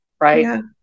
right